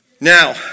Now